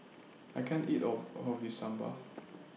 I can't eat of All of This Sambal